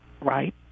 right